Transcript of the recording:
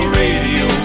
radio